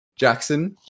Jackson